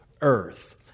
earth